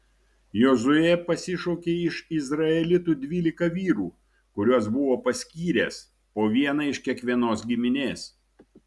jozuė pasišaukė iš izraelitų dvylika vyrų kuriuos buvo paskyręs po vieną iš kiekvienos giminės